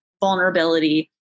vulnerability